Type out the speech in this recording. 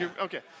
Okay